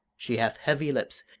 she hath heavy lips,